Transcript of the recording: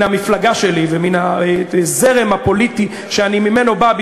המפלגה שלי ומן הזרם הפוליטי שממנו אני בא,